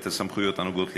את הסמכויות הנוגעות לגירושין.